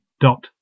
dot